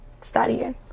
studying